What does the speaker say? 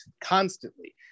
constantly